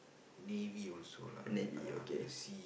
me me also lah under the sea